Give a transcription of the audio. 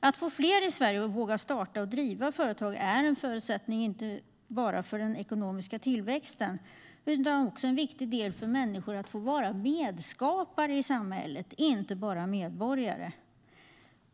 Att få fler i Sverige att våga starta och driva företag är en förutsättning inte bara för den ekonomiska tillväxten utan också en viktig del för människor när det gäller att få vara medskapare i samhället och inte bara medborgare.